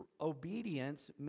obedience